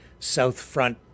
Southfront